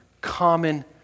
common